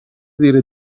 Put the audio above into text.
زیر